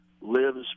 lives